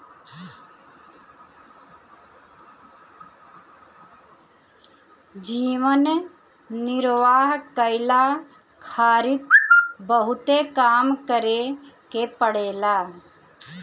जीवन निर्वाह कईला खारित बहुते काम करे के पड़ेला